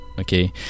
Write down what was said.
Okay